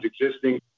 existing